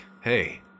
hey